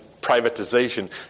privatization